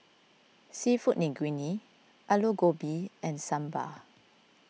Seafood Linguine Alu Gobi and Sambar